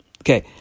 Okay